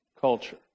culture